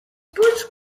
punts